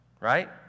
right